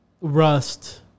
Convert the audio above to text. rust